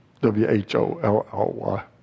W-H-O-L-L-Y